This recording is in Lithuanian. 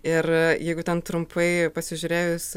ir jeigu ten trumpai pasižiūrėjus